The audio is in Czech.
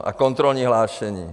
A kontrolní hlášení.